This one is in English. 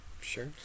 Sure